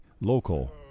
local